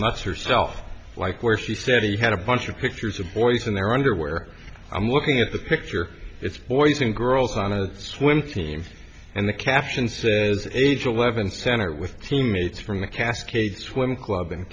nuts herself like where she said he had a bunch of pictures of boys in their underwear i'm looking at the picture it's boys and girls on a swim team and the caption says age eleven center with teammates from the cascade swim club